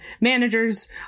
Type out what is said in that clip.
managers